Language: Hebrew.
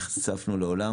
אנחנו נחשפנו לעולם,